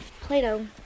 play-doh